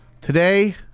today